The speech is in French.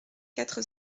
quatre